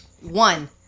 One